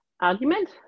argument